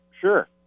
Sure